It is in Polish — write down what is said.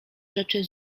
rzeczy